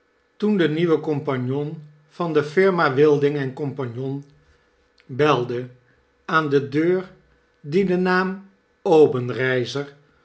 toen de nieuwe compagnon van de lirma wilding en cie belde aan de deur die den naam